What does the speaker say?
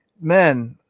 men